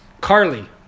carly